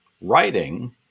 writing